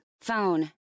phone